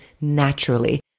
naturally